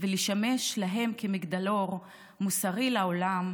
ולשמש מגדלור מוסרי לעולם,